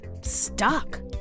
stuck